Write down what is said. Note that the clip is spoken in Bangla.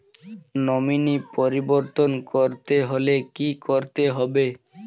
নমিনি পরিবর্তন করতে হলে কী করতে হবে?